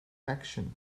action